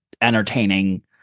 entertaining